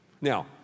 Now